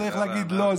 צריך להגיד: "לא,